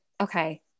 Okay